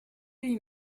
lui